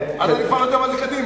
אז אני כבר לא יודע מה זה קדימה.